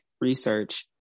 research